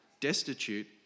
destitute